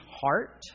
heart